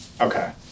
okay